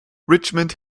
richmond